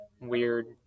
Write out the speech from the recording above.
weird